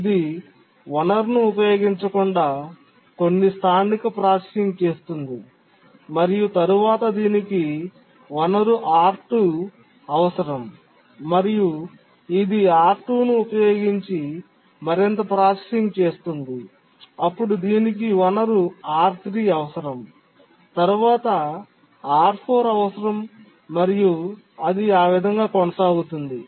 ఇది వనరును ఉపయోగించకుండా కొన్ని స్థానిక ప్రాసెసింగ్ చేస్తుంది మరియు తరువాత దీనికి వనరు R2 అవసరం మరియు ఇది R2 ను ఉపయోగించి మరింత ప్రాసెసింగ్ చేస్తుంది అప్పుడు దీనికి వనరుR3 అవసరం తరువాత R4 అవసరం మరియు అది ఆ విధంగా కొనసాగుతుంది